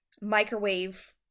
microwave